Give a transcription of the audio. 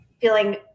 feeling